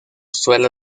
suele